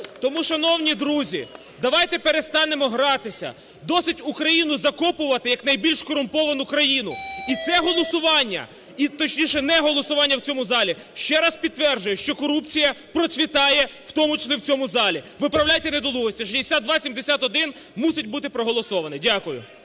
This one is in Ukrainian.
Тому, шановні друзі, давайте перестанемо гратися, досить Україну закопувати як найбільш корумповану країну. І це голосування, і точніше, не голосування в цьому залі, ще раз підтверджує, що корупція процвітає в тому числі в цьому залі. Виправляйте недолугості, 6271 мусить бути проголосований. Дякую.